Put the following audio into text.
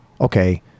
okay